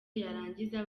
yarangiza